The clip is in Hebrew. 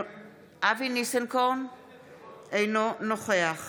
אינו נוכח